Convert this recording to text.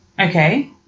Okay